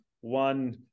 one